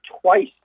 twice